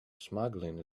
smuggling